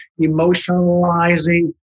emotionalizing